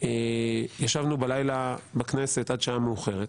ישבנו בלילה בכנסת עד שעה מאוחרת